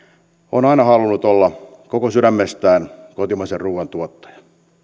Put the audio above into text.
on aina halunnut olla koko sydämestään kotimaisen ruuan tuottaja